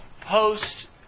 post